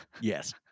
Yes